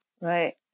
right